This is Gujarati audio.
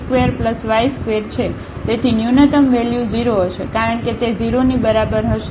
તેથી ન્યુનત્તમ વેલ્યુ 0 હશે કારણ કે તે 0 ની બરાબર હશે